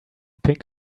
pink